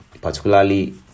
particularly